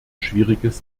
schwieriges